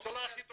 הממשלה הכי טובה.